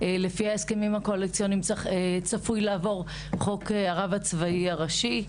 לפי ההסכמים הקואליציוניים צפוי לעבור חוק הרב הצבאי הראשי.